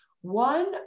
One